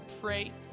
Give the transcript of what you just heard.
pray